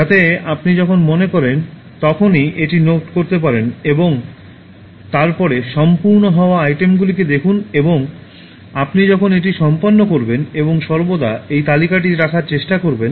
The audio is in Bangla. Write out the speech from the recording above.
যাতে আপনি যখন মনে করেন তখনই এটি নোট করতে পারবেন এবং তারপরে সম্পূর্ণ হওয়া আইটেমগুলিকে দেখুন এবং আপনি যখন এটি সম্পন্ন করবেন এবং সর্বদা এই তালিকাটি রাখার চেষ্টা করবেন